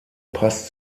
passt